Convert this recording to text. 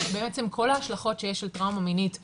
בעצם את כל ההשלכות שיש על טראומה מינית פיזית,